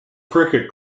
cricket